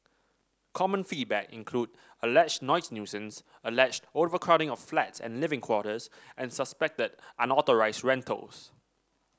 common feedback included alleged noise nuisance alleged overcrowding of flats and living quarters and suspected unauthorised rentals